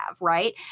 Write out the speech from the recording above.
right